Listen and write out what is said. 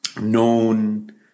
known